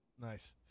Nice